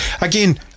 again